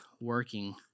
working